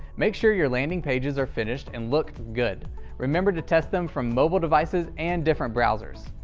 make sure your landing pages are finished and look good remember to test them from mobile devices and different browsers.